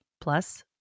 Plus